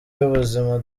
y’ubuzima